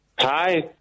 Hi